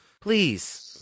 Please